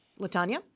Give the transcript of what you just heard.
Latanya